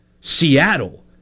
Seattle